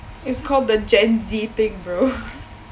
is called the gen Z thing bro